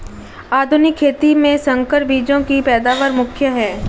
आधुनिक खेती में संकर बीजों की पैदावार मुख्य हैं